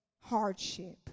hardship